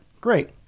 great